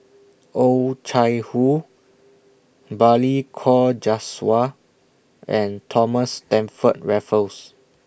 Oh Chai Hoo Balli Kaur Jaswal and Thomas Stamford Raffles